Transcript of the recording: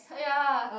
ya